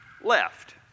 left